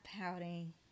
pouting